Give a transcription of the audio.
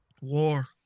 War